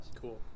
Cool